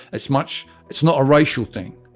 it's much, it's not a racial thing